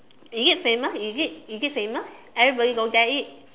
is it famous is it is it famous everybody go there eat